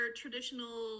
traditional